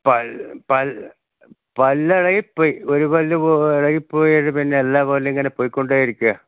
പല്ല് പല്ല് പല്ലിളകിപ്പോയി ഒരു പല്ല് ഇളകിപ്പോയി പിന്നെ എല്ലാ പല്ലും ഇങ്ങനെ പോയിക്കൊണ്ടേയിരിക്കുകയാണ്